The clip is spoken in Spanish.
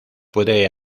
puede